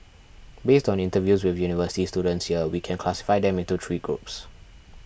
based on interviews with university students here we can classify them into three groups